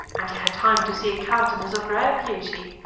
and he had time to see a countenance of rare beauty,